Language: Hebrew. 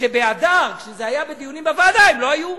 שבאדר, כשזה היה בדיונים בוועדה, הם לא היו.